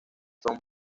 son